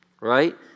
Right